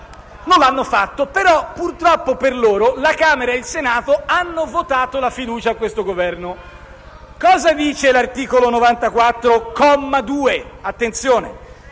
Non l'hanno fatto, però, purtroppo per loro, la Camera e il Senato hanno votato la fiducia a questo Governo. Cosa dice l'articolo 94,